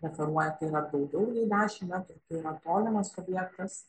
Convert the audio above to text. referuoja kai yra daugiau nei dešimt metų tai yra tolimas objektas